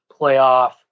playoff